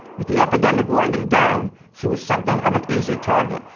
with the epidemic winding down, she was something of an easy target,